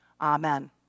amen